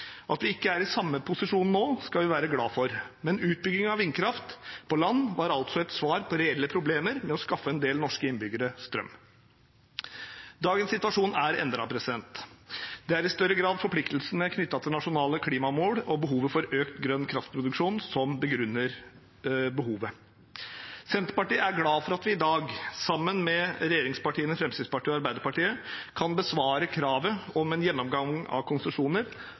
At vi ikke er i samme posisjon nå, skal vi være glade for, men utbygging av vindkraft på land var altså et svar på reelle problemer med å skaffe en del norske innbyggere strøm. Dagens situasjon er endret. Det er i større grad forpliktelsene knyttet til nasjonale klimamål og behovet for økt grønn kraftproduksjon som begrunner behovet. Senterpartiet er glad for at vi i dag, sammen med regjeringspartiene, Fremskrittspartiet og Arbeiderpartiet, kan besvare kravet om en gjennomgang av konsesjoner,